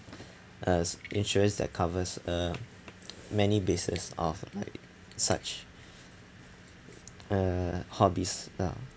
uh s~ insurance that covers uh many bases of like such uh hobbies uh